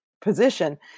Position